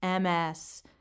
MS